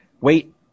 Wait